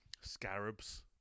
scarabs